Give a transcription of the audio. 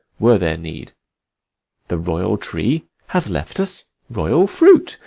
were there need the royal tree hath left us royal fruit,